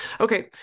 Okay